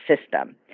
system